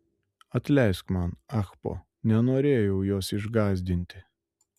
atleisk man ahpo nenorėjau jos išgąsdinti